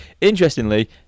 Interestingly